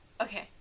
Okay